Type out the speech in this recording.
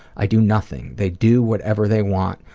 i do nothing. they do whatever they want.